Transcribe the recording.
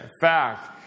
fact